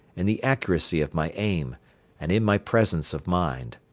in the accuracy of my aim and in my presence of mind.